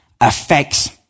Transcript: affects